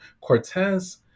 Cortez